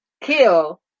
kill